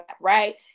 right